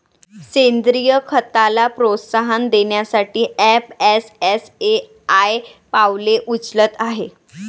सेंद्रीय खताला प्रोत्साहन देण्यासाठी एफ.एस.एस.ए.आय पावले उचलत आहे